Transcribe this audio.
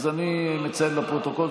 אז אני מוסיף תשעה קולות.